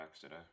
today